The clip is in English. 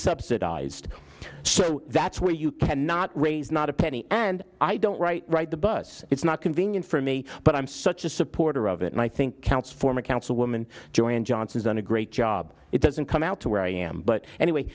subsidized so that's where you cannot raise not a penny and i don't write right the bus it's not convenient for me but i'm such a supporter of it and i think counts for my councilwoman joy and johnson's done a great job it doesn't come out to where i am but anyway